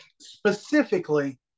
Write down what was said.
specifically